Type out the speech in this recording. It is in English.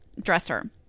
Dresser